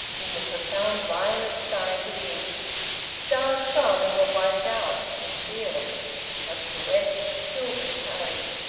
in the profound violet sky to the east stars shone and were wiped out, in fields but to the west, silver tarried.